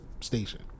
station